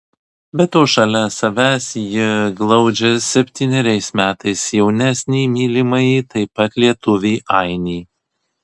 be to šalia savęs ji glaudžia septyneriais metais jaunesnį mylimąjį taip pat lietuvį ainį